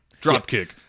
dropkick